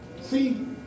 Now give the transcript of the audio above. See